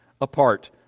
apart